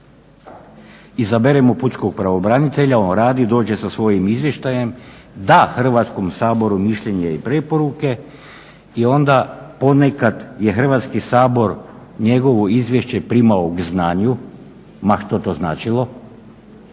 Izaberemo pučkog pravobranitelja, on radi, dođe sa svojim izvještajem, da Hrvatskom saboru mišljenje i preporuke i onda ponekad je Hrvatski sabor njegovo izvješće primao k znanju, ma što to značilo,